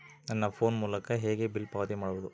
ನನ್ನ ಫೋನ್ ಮೂಲಕ ಹೇಗೆ ಬಿಲ್ ಪಾವತಿ ಮಾಡಬಹುದು?